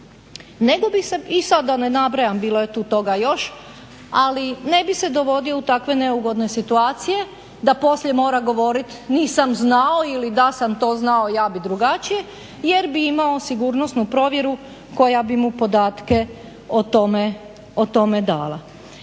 položaja i sad da ne nabrajam, bilo je tu toga još, ali ne bi se dovodio u takve neugodne situacije da poslije mora govorit nisam znao ili da sam to znao ja bih drugačije jer bi imao sigurnosnu provjeru koja bi mu podatke o tome dala.